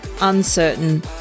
uncertain